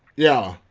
yeah,